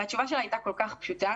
והתשובה שלה הייתה כל כך פשוטה: